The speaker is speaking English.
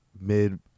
mid